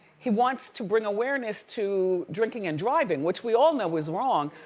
he wants to bring awareness to drinking and driving, which we all know was wrong,